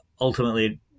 ultimately